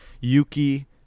Yuki